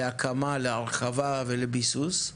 להקמה, להרחבה ולביסוס?